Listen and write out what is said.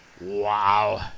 Wow